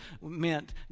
meant